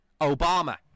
Obama